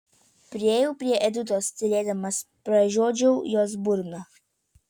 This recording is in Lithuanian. priėjau prie editos tylėdamas pražiodžiau jos burną